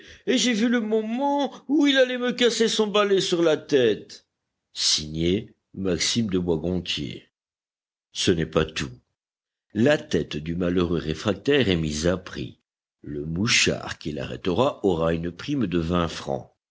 et j'ai vu le moment où il allait me casser son balai sur la tête maxime de boisgontier ce n'est pas tout la tête du malheureux réfractaire est mise à prix le mouchard qui l'arrêtera aura une prime de vingt francs